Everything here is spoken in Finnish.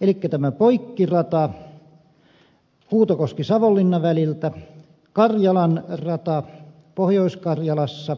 elikkä tämä poikkirata huutokoskisavonlinna väliltä karjalan rata pohjois karjalassa